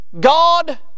God